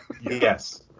yes